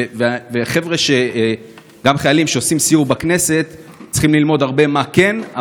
וגם חיילים שעושים סיור בכנסת צריכים ללמוד הרבה מה כן,